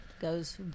goes